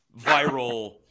viral